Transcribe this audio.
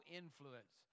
influence